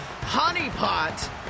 Honeypot